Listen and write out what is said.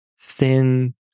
thin